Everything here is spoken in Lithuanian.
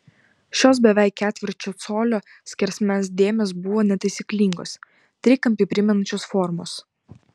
šios beveik ketvirčio colio skersmens dėmės buvo netaisyklingos trikampį primenančios formos